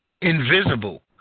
invisible